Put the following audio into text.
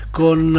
con